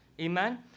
amen